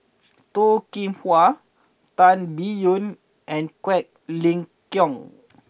Toh Kim Hwa Tan Biyun and Quek Ling Kiong